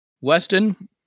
Weston